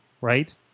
right